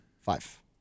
Five